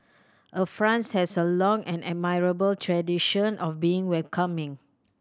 a France has a long and admirable tradition of being welcoming